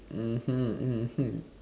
mmhmm mmhmm